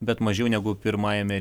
bet mažiau negu pirmajame